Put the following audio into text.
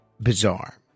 bizarre